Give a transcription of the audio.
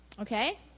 okay